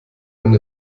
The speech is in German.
einen